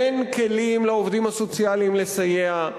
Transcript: אין כלים לעובדים הסוציאליים לסייע,